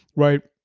right?